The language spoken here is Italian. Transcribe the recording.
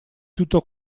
tutto